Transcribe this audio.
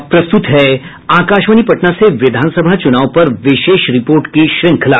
अब प्रस्तुत है आकाशवाणी पटना से विधानसभा चुनाव पर विशेष रिपोर्ट की श्रृंखला